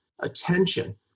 attention